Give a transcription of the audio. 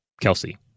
Kelsey